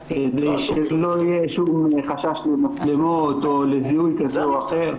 שלא יהיה שום חשש להיכרות או לזיהוי כזה או אחר.